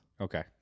Okay